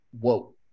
whoa